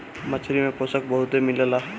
मछरी में पोषक बहुते मिलेला